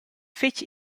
fetg